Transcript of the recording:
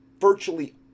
virtually